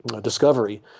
discovery